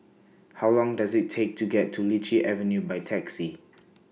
How Long Does IT Take to get to Lichi Avenue By Taxi